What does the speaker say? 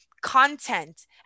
content